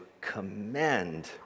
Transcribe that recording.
commend